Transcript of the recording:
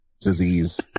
disease